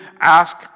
ask